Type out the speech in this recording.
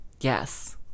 Yes